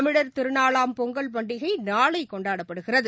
தமிழர் திருநாளாம் பொங்கல் பண்டிகைநாளைகொண்டாடப்படுகிறது